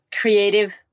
creative